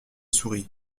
souris